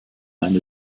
eine